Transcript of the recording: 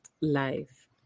life